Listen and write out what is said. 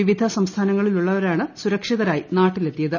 വിവിധ സംസ്ഥാനങ്ങളിലുളളവരാണ് സുരക്ഷിതരായി നാട്ടിലെത്തിയത്